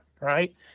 right